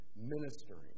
ministering